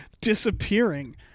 disappearing